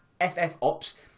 FFOps